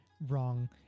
wrong